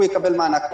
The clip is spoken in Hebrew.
הוא יקבל מענק.